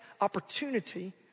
opportunity